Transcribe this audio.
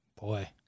boy